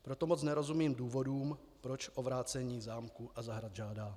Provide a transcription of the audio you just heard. Proto moc nerozumím důvodům, proč o vrácení zámku a zahrad žádá.